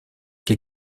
que